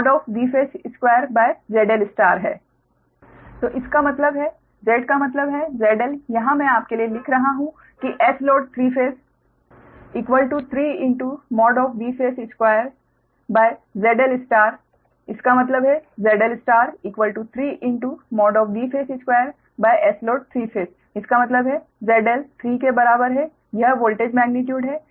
इसका मतलब है इसका मतलब है Z का मतलब है ZL यहां मैं आपके लिए लिख रहा हूं की Sload3ϕ3Vphase2ZL इसका मतलब है ZL3Vphase2Sload3ϕ इसका मतलब है ZL 3 के बराबर है यह वोल्टेज मेग्नीट्यूड है